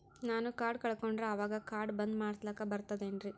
ನಾನು ಕಾರ್ಡ್ ಕಳಕೊಂಡರ ಅವಾಗ ಕಾರ್ಡ್ ಬಂದ್ ಮಾಡಸ್ಲಾಕ ಬರ್ತದೇನ್ರಿ?